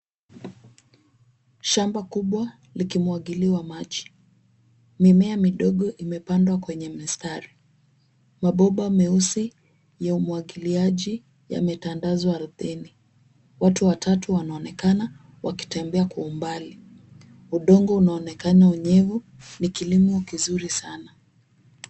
Shamba kubwa likimwagiliwa maji. Mimea midogo imepandwa kwenye mistari. Mabomba meusi ya umwagiliaji yametandazwa ardhini. Watu watatu wanaonekana wakitembea kwa umbali. Udongo unaonekana unyevu, ni kilimo kizuri sana.